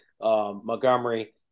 Montgomery